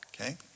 Okay